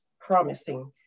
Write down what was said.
promising